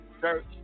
church